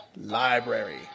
Library